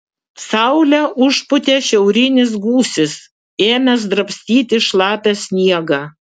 saulę užpūtė šiaurinis gūsis ėmęs drabstyti šlapią sniegą